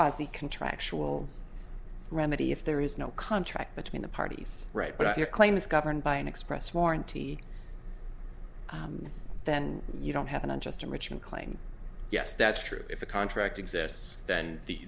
quasi contractual remedy if there is no contract between the parties right but if your claim is governed by an express warranty then you don't have an unjust enrichment claim yes that's true if a contract exists then the